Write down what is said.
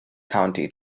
county